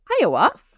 Iowa